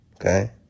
Okay